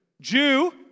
Jew